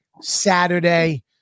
Saturday